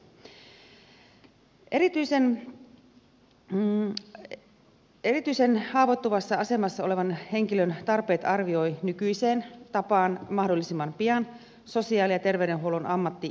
erityisen haavoittuvassa asemassa olevan henkilön tarpeet arvioi nykyiseen tapaan mahdollisimman pian sosiaali ja terveydenhuollon ammattihenkilö